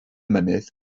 mynydd